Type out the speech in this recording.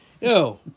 Yo